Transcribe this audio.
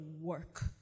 work